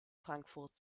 frankfurt